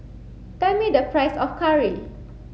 tell me the price of curry